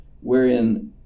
wherein